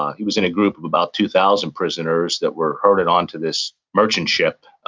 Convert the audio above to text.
he was in a group of about two thousand prisoners that were herded onto this merchant ship,